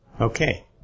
Okay